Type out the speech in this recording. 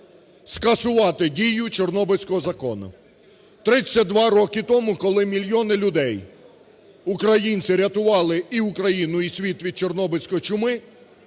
скасувати дію чорнобильського закону. Тридцять два роки тому, коли мільйони людей, українці рятували і Україну, і світ від чорнобильської чуми,